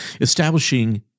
establishing